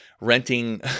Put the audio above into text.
renting